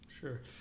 sure